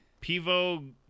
Pivo